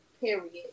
Period